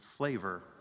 flavor